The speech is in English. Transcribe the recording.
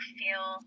feel